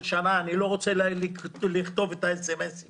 שנה אני לא רוצה להראות את הסמ"סים